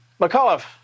McAuliffe